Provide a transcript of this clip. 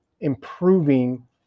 improving